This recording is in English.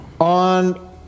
on